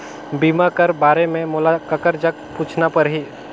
बीमा कर बारे मे मोला ककर जग पूछना परही?